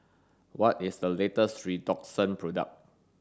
what is the latest Redoxon product